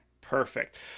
Perfect